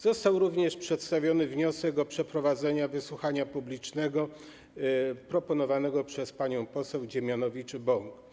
Został również przedstawiony wniosek o przeprowadzenie wysłuchania publicznego proponowanego przez panią poseł Dziemianowicz-Bąk.